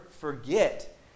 forget